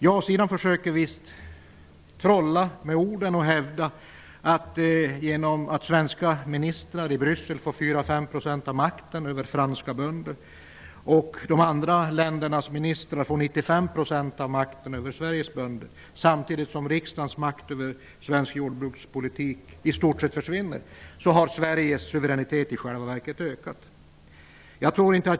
Ja-sidan försöker visst att trolla med orden och hävda att genom att svenska ministrar i Bryssel får 4--5 % av makten över franska bönder och de andra ländernas ministrar får 95 % av makten över Sveriges bönder samtidigt som riksdagens makt över svensk jordbrukspolitik i stort sett försvinner har Sveriges suveränitet i själva verket ökat.